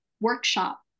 workshop